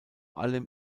allem